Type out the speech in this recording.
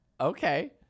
Okay